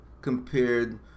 compared